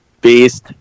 Beast